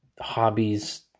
hobbies